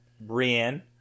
Brienne